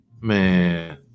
Man